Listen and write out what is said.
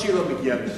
טוב שהיא לא מגיעה לשם,